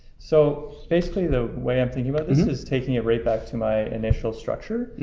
so basically, the way i'm thinking about this is taking it right back to my initial structure,